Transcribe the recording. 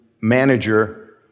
manager